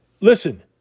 Listen